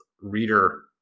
reader